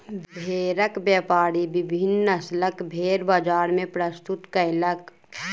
भेड़क व्यापारी विभिन्न नस्लक भेड़ बजार मे प्रस्तुत कयलक